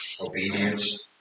obedience